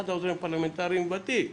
אחד מהעוזרים הפרלמנטריים שהוא ותיק,